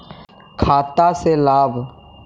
खाता से लाभ?